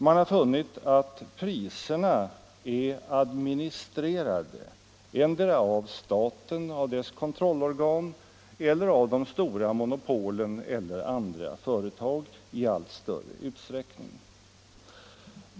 Man har funnit att priserna är administrerade endera av staten och dess kontrollorgan eller av de stora monopolen eller andra företag i allt större utsträckning.